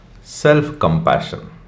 self-compassion